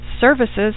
services